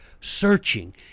searching